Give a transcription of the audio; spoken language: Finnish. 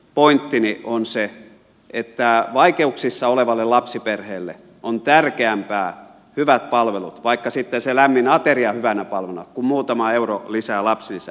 peruspointtini on se että vaikeuksissa olevalle lapsiperheelle on tärkeämpää hyvät palvelut vaikka sitten se lämmin ateria hyvänä palveluna kuin muutama euro lisää lapsilisää